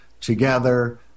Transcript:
together